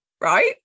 right